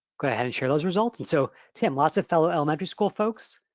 go ahead and share those results. and so tim, lots of fellow elementary school folks.